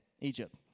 Egypt